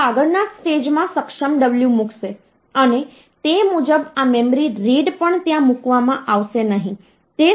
આ જ નંબરને જો તમે હેકઝાડેસિમલ સ્વરૂપમાં રજૂ કરવા માંગતા હોવ તો તમારે 4 બીટ નું ગ્રુપ લેવું પડશે આ એક 4 બીટ ગ્રુપ છે